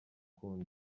kundi